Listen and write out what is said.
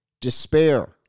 despair